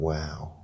Wow